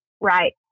Right